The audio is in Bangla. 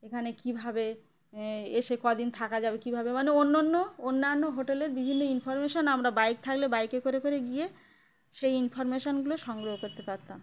এখানে কীভাবে এসে কদিন থাকা যাবে কীভাবে মানে অন্য অন্য অন্যান্য হোটেলের বিভিন্ন ইনফরমেশন আমরা বাইক থাকলে বাইকে করে করে গিয়ে সেই ইনফরমেশনগুলো সংগ্রহ করতে পারতাম